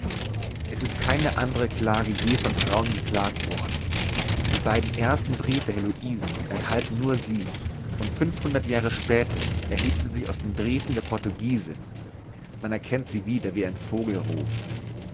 es ist keine andere klage je von frauen geklagt worden die beiden ersten briefe helosens enthalten nur sie und fünfhundert jahre später erhebt sie sich aus den briefen der portugiesin man erkennt sie wieder wie einen vogelruf